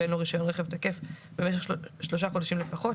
ואין לו רישיון רכב תקף במשך שלושה חודשים לפחות,